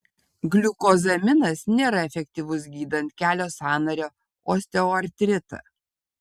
gliukozaminas nėra efektyvus gydant kelio sąnario osteoartritą